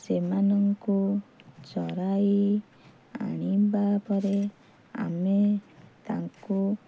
ସେମାନଙ୍କୁ ଚରାଇ ଆଣିବା ପରେ ଆମେ ତାଙ୍କୁ